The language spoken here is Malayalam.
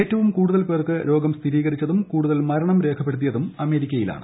ഏറ്റവും കൂടുതൽ പേർക്ക് രോഗം സ്ഥിരീകരിച്ചതും കൂടുതൽ മരണം രേഖപ്പെടുത്തിയതും അമേരിക്കയിലാണ്